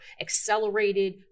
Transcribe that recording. accelerated